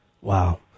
Wow